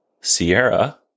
Sierra